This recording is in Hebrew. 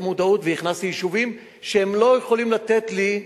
המודעות והכנסתי יישובים שהם לא יכולים לתת לי,